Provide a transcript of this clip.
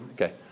Okay